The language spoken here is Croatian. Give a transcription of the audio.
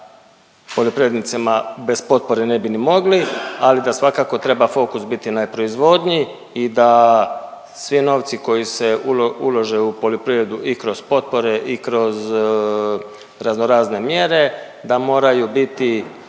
da poljoprivrednicima bez potpore ne bi ni mogli. Ali da svakako treba fokus biti na proizvodnji i da svi novci koji se ulože u poljoprivredu i kroz potpore i kroz razno razne mjere da moraju biti